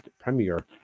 Premier